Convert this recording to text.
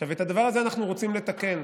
עכשיו, את הדבר הזה אנחנו רוצים לתקן.